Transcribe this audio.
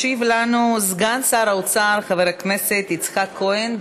ישיב לנו סגן שר האוצר חבר הכנסת יצחק כהן,